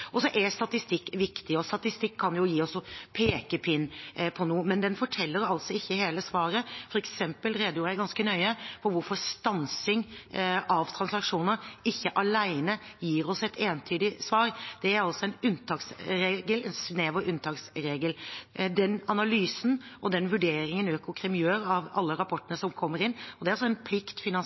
Statistikk er viktig, og statistikk kan gi oss en pekepinn på noe, men den forteller ikke hele svaret. For eksempel redegjorde jeg ganske nøye for hvorfor stansing av transaksjoner ikke alene gir oss et entydig svar. Det er altså en snever unntaksregel, og det er en analyse og en vurdering Økokrim gjør av alle rapportene som kommer inn – det er altså en plikt